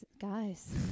Guys